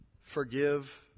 forgive